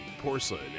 porcelain